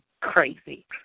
crazy